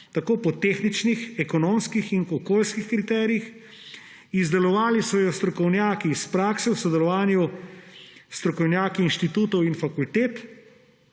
tako po tehničnih, ekonomskih in okoljskih kriterijih. Izdelovali so jo strokovnjaki s prakso v sodelovanju s strokovnjaki inštitutov in fakultet.